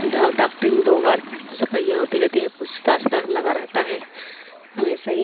डॉक्टरी में दो बार सफाईयाँ होती रहती है पूछ ताछ डर लगा रहता है हमेशा ही